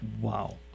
wow